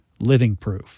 livingproof